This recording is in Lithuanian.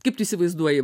kaip tu įsivaizduoji